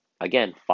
Again